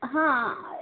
हां